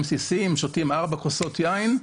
אם שותים 4 כוסות יין,